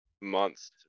months